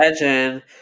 imagine